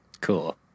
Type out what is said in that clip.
cool